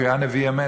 כי הוא היה נביא אמת,